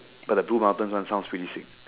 but the blue mountains one sounds really sick